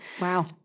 Wow